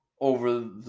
over